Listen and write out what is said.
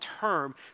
term